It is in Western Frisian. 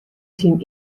syn